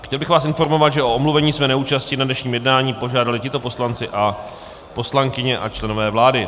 Chtěl bych vás informovat, že o omluvení své neúčasti na dnešním jednání požádali tito poslanci a poslankyně a členové vlády.